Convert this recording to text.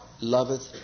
loveth